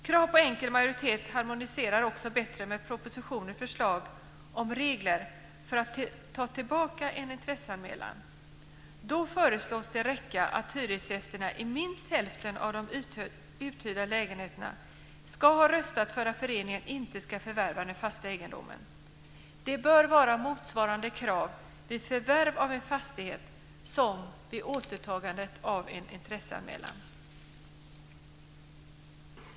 Krav på enkel majoritet harmonierar också bättre med propositionens förslag om regler för att ta tillbaka en intresseanmälan. Då föreslås det räcka att hyresgästerna i minst hälften av de uthyrda lägenheterna ska ha röstat för att föreningen inte ska förvärva den fasta egendomen. Det bör vara motsvarande krav vid förvärv av en fastighet som vid återtagande av en intresseanmälan.